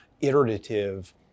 iterative